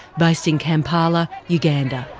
based in kampala, uganda.